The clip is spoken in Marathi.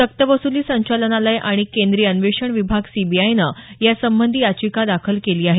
सक्तवसुली संचालनालय आणि केंद्रीय अन्वेषण विभाग सीबीआयनं यासंबंधी याचिका दाखल केली आहे